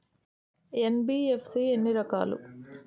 NBFC ఎన్ని రకాలు?